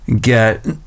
get